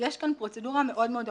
יש כאן פרוצדורה מאוד מאוד ארוכה.